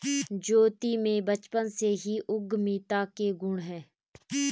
ज्योति में बचपन से ही उद्यमिता के गुण है